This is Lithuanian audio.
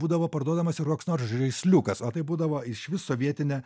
būdavo parduodamas ir koks nors žaisliukas o tai būdavo išvis sovietinė